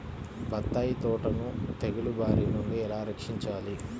బత్తాయి తోటను తెగులు బారి నుండి ఎలా రక్షించాలి?